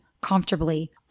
comfortably